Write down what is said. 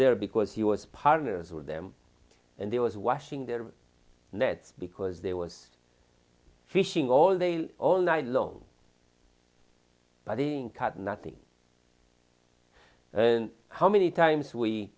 there because he was partners with them and there was washing their nets because there was fishing all they all night long putting cut nothing how many times we